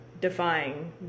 defying